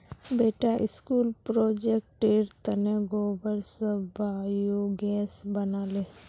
बेटा स्कूल प्रोजेक्टेर तने गोबर स बायोगैस बना ले